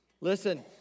Listen